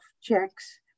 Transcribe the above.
checks